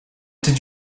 did